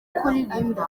kuririmba